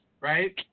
right